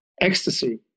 ecstasy